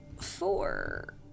Four